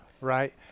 right